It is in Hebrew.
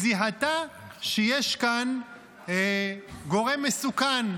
היא זיהתה שיש כאן גורם מסוכן,